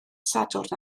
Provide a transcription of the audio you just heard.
sadwrn